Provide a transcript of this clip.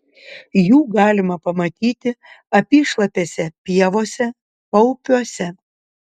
jų galima pamatyti apyšlapėse pievose paupiuose